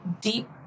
deep